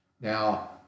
Now